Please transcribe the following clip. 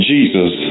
Jesus